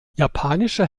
japanische